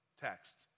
text